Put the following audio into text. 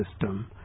system